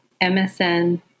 MSN